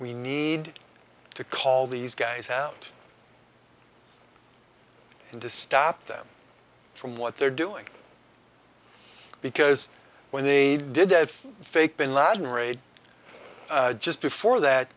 we need to call these guys out and to stop them from what they're doing because when they did that fake bin laden raid just before